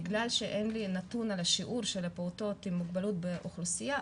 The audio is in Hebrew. בגלל שאין לי נתון על השיעור של הפעוטות עם מוגבלות באוכלוסייה,